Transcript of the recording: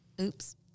Oops